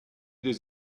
des